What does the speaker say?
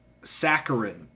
saccharin